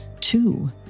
Two